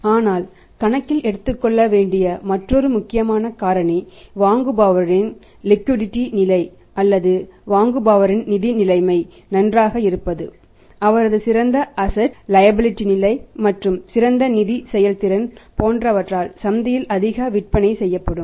ஆனால் கணக்கில் எடுத்துக்கொள்ள வேண்டிய மற்றொரு முக்கியமான காரணி வாங்குபவரின் லிக்விடிடி நிலை மற்றும் சிறந்த நிதி செயல்திறன் போன்றவற்றால் சந்தையில் அதிக விற்பனை செய்யப்படும்